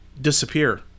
disappear